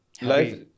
life